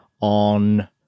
on